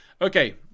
Okay